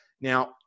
Now